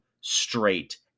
straight